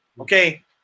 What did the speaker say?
okay